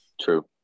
True